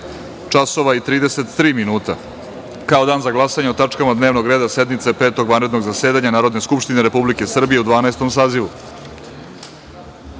časova i 33 minuta, kao dan za glasanje o tačkama dnevnog reda sednice Petog vanrednog zasedanja Narodne skupštine Republike Srbije u Dvanaestom